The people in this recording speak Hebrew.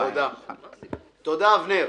תודה, אבנר.